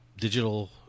digital